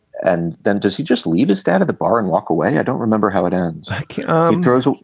and then does he just leave his stand at the bar and walk away. i don't remember how it ends like he throws a